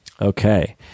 Okay